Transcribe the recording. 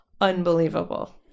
unbelievable